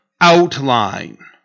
outline